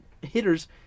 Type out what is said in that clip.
hitters